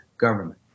government